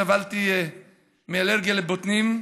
סבלתי מאלרגיה לבוטנים,